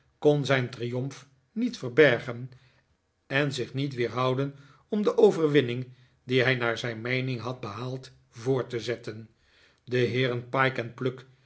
kon zijn triomf niet verbergen en zich niet weerhouden om de overwinning die hij naar zijn meening had behaald voort te zetten de heeren pyke pluck